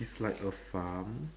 it's like a farm